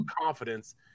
confidence